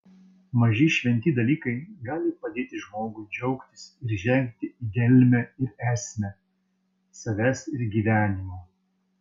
maži šventi dalykai gali padėti žmogui džiaugtis ir žengti į gelmę ir esmę savęs ir gyvenimo